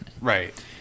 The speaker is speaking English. Right